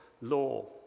law